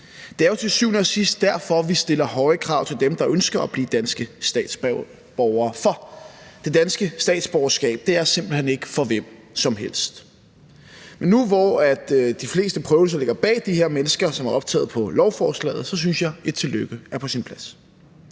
Det er jo til syvende og sidst derfor, vi stiller høje krav til dem, der ønsker at blive danske statsborgere. For det danske statsborgerskab er simpelt hen ikke for hvem som helst. Men nu, hvor de fleste prøvelser ligger bag de her mennesker, som er optaget på lovforslaget, synes jeg, et tillykke er på sin plads.